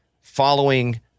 following